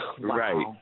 Right